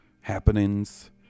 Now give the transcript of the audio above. happenings